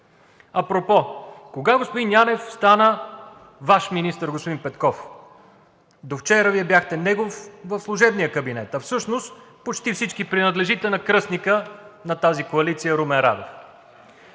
Апропо, кога господин Янев стана Ваш министър, господин Петков? Довчера Вие бяхте негов в служебния кабинет, а всъщност почти всички принадлежите на кръстника на тази коалиция Румен Радев.